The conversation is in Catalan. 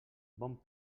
bon